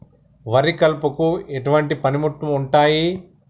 వరి కలుపుకు ఎటువంటి పనిముట్లు ఉంటాయి?